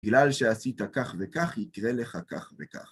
בגלל שעשית כך וכך, יקרה לך כך וכך.